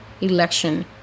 election